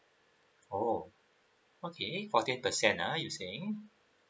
oh okay fourteen percent ah you're saying